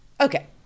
okay